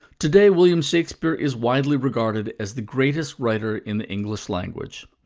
today, william shakespeare is widely regarded as the greatest writer in the english language.